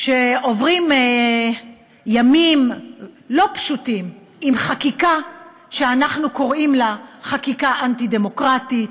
עוברים ימים לא פשוטים עם חקיקה שאנחנו קוראים לה חקיקה אנטי-דמוקרטית,